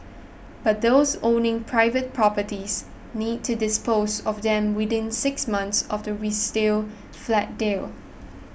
but those owning private properties need to dispose of them within six months of the flat deal